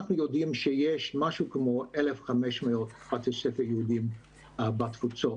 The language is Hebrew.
אנחנו יודעים שיש כ-1,500 בתי ספר יהודיים בתפוצות,